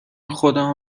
خودمو